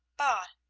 bard!